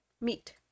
meet